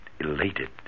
elated